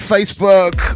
Facebook